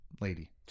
Lady